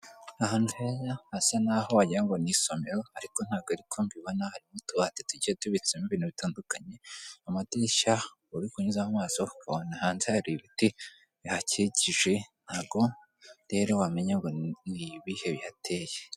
Ahantu heza hasa n'aho wagira ngo ni isomero ariko ntabwo ari ko mbibona, harimo utubati tugiye tubitsemo ibintu bitandukanye. Mu mamadirishya uri kunyuzamo amaso, ubona hanze hari ibiti bihakikije. Ntabwo rero wamenya ngo ni ibihe bihateye.